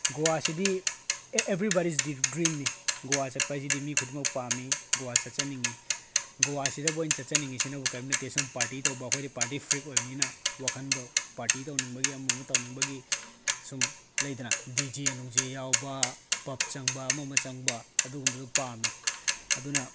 ꯒꯣꯋꯥꯁꯤꯗꯤ everybody's ꯗ꯭ꯔꯤꯝꯅꯤ ꯒꯣꯋꯥ ꯆꯠꯄ ꯍꯥꯏꯁꯤꯗꯤ ꯃꯤ ꯈꯨꯗꯤꯡꯃꯛ ꯄꯥꯝꯄꯤ ꯒꯣꯋꯥ ꯆꯠꯆꯅꯤꯡꯉꯤ ꯒꯣꯋꯥꯁꯤꯗꯕꯨ ꯑꯩꯅ ꯆꯠꯆꯅꯤꯡꯉꯤꯁꯤꯅꯕꯨ ꯀꯔꯤꯝ ꯅꯠꯇꯦ ꯁꯨꯝ ꯄꯥꯔꯇꯤ ꯇꯧꯕ ꯑꯩꯈꯣꯏꯗꯤ ꯄꯥꯔꯇꯤ ꯐ꯭ꯔꯤꯛ ꯑꯣꯏꯕ ꯃꯤꯅꯤꯅ ꯋꯥꯈꯜꯗꯣ ꯄꯥꯔꯇꯤ ꯇꯧꯅꯤꯡꯕꯒꯤ ꯑꯃ ꯑꯃ ꯇꯧꯅꯤꯡꯕꯒꯤ ꯁꯨꯝ ꯂꯩꯗꯅ ꯗꯤ ꯖꯦ ꯅꯨꯡꯖꯦ ꯌꯥꯎꯕ ꯄꯕ ꯆꯪꯕ ꯑꯃ ꯑꯃ ꯆꯪꯕ ꯑꯗꯨꯒꯨꯝꯕꯗꯣ ꯄꯥꯝꯄꯦ ꯑꯗꯨꯅ